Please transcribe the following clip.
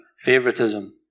favoritism